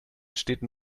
städten